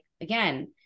again